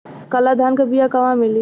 काला धान क बिया कहवा मिली?